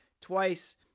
twice